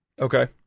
Okay